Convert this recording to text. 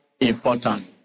important